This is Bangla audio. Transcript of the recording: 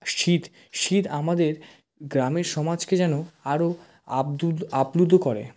শীত শীত আমাদের গ্রামের সমাজকে যেন আরো আব্দুল আপ্লুত করে